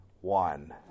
one